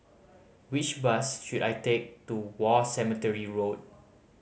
which bus should I take to War Cemetery Road